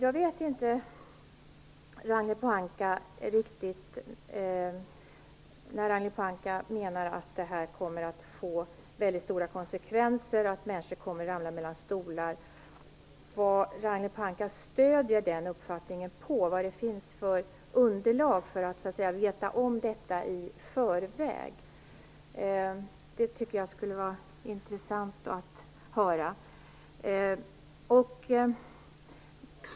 Herr talman! Ragnhild Pohanka menar att det här kommer att få väldigt stora konsekvenser och att människor kommer att ramla mellan stolar. Jag vet inte riktigt vad Ragnhild Pohanka stöder den uppfattningen på. Det skulle vara intressant att höra vilket underlag hon har för att kunna veta detta i förväg.